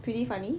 pretty funny